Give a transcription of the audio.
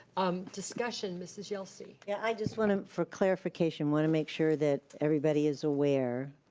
um discussion, mrs. yelsey? yeah, i just wanna, for clarification, wanna make sure that everybody is aware,